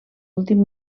últim